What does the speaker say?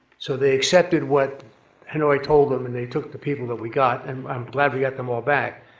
so they accepted what hanoi told them, and they took the people that we got, and i'm glad we got them all back.